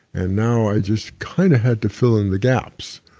and now, i just kind of had to fill in the gaps.